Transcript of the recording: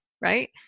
right